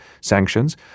sanctions